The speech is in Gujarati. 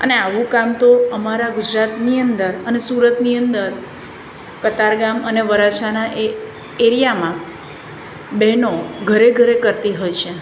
અને આવું કામ તો અમારા ગુજરાતની અંદર અને સુરતની અંદર કતાર ગામ અને વરાછાના એ એરિયામાં બહેનો ઘરે ઘરે કરતી હોય છે